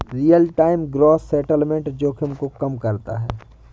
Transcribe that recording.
real time gross settlement जोखिम को कम करता है